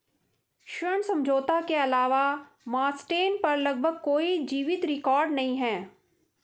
ऋण समझौते के अलावा मास्टेन पर लगभग कोई जीवित रिकॉर्ड नहीं है